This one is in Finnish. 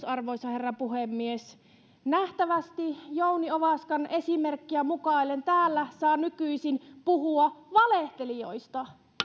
arvoisa herra puhemies nähtävästi jouni ovaskan esimerkkiä mukaillen täällä saa nykyisin puhua valehtelijoista